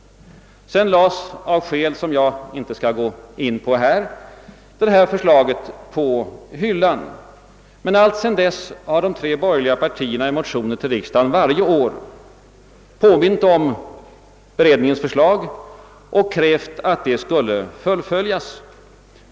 Sedan lades av skäl, som jag inte skall gå in på här, förslaget »på hyllan». Alltsedan dess har de tre borgerliga partierna i motioner till riksdagen varje år påmint om beredningens förslag och krävt att det skulle fullföljas.